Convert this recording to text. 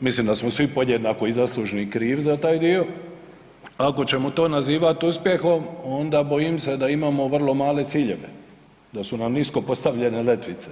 mislim da smo svi podjednako i zaslužni i krivi za taj dio, ako ćemo to nazivat uspjeh onda bojim se da imamo vrlo male ciljeve, da su nam nisko postavljene letvice.